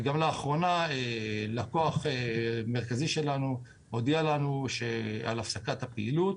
לאחרונה לקוח מרכזי שלנו הודיע לנו על הפסקת הפעילות.